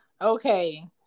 okay